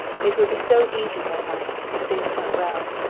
it would be so easy that night, if things went well,